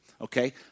okay